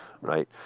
right